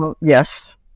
Yes